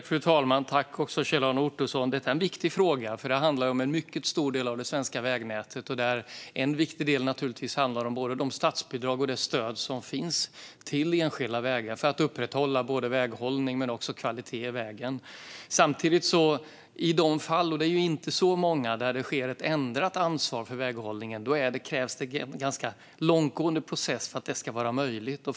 Fru talman! Detta är en viktig fråga, för den handlar om en mycket stor del av det svenska vägnätet. En viktig del handlar om både de statsbidrag och det stöd som finns till enskilda vägar för att upprätthålla väghållningen men också kvaliteten på vägen. Samtidigt krävs det i de fall - och de är inte så många - där det blir ett ändrat ansvar för väghållningen en ganska långtgående process för att det ska vara möjligt.